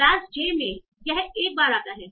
class j में यह एक बार आता है